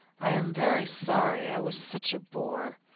i am very sorry i was such a boor.